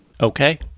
Okay